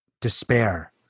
despair